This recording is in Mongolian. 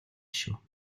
шүү